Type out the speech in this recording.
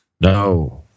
No